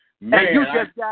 man